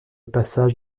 passage